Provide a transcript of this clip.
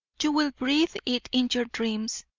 you will breathe it in your dreams.